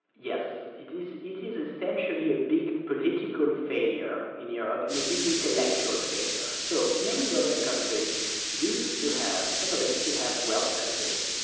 yes. it is it is essentially a big political failure in europe, and a big intellectual failure. so many european countries used to have. some of them still have wealth taxes.